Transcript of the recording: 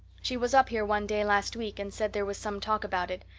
she was up here one day last week and said there was some talk about it.